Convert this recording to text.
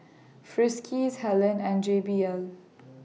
Friskies Helen and J B L